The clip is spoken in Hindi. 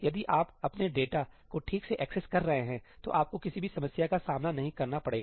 यदि आप अपने डेटा को ठीक से एक्सेस कर रहे हैं तो आपको किसी भी समस्या का सामना नहीं करना पड़ेगा